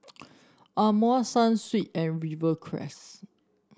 Amore Sunsweet and Rivercrest